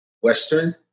Western